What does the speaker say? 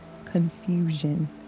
confusion